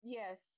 yes